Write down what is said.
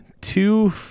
two